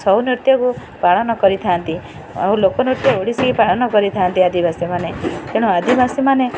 ଛଉ ନୃତ୍ୟକୁ ପାଳନ କରିଥାନ୍ତି ଆଉ ଲୋକ ନୃତ୍ୟ ଓଡ଼ିଶୀ ପାଳନ କରିଥାନ୍ତି ଆଦିବାସୀମାନେ ତେଣୁ ଆଦିବାସୀମାନେ